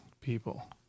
people